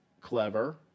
clever